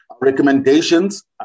Recommendations